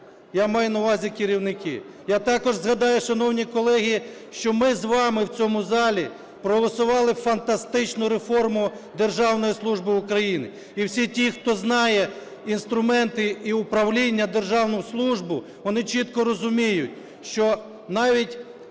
я маю на увазі, керівники. Я також згадаю, шановні колеги, що ми з вами в цьому залі проголосували фантастичну реформу державної служби України. І всі ті, хто знає інструменти і управління, державну службу, вони чітко розуміють, що навіть